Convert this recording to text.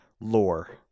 lore